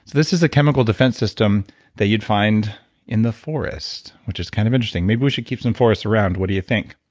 this is a chemical defense system that you'd find in the forest, which is kind of interesting. maybe we should keep some forests around. what do you think?